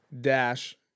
dash